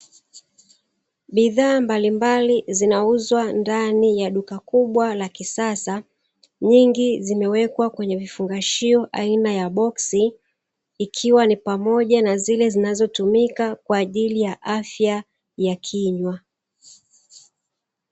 Bidhaa mbalimbali zinauzwa ndani ya duka kubwa la kisasa, nyingi zimewekwa kwenye vifungashio aina ya boksi ikiwa ni pamoja na zile zinazotumika kwa ajili ya afya ya kinywa.